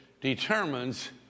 determines